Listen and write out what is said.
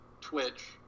Twitch